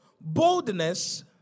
Boldness